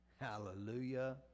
Hallelujah